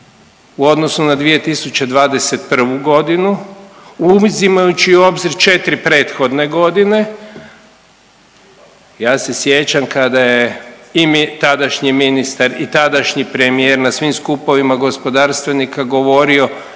u odnosu na 2021. godinu uzimajući u obzir 4 prethodne godine. Ja se sjećam kada je i tadašnji ministar i tadašnji premijer na svim skupovima gospodarstvenika govorio